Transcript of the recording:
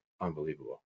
unbelievable